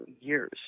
years